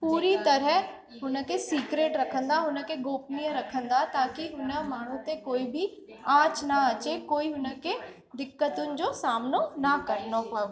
पूरी तरह हुनखे सिक्रेट रखंदा हुनखे गोपनिय रखंदा ताकि हुन माण्हूअ ते कोई बि आच न अचे कोई हुनखे दिक़तुनि जो सामनो न करिणो पवे